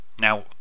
Now